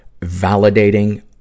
validating